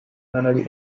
nunnery